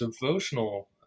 devotional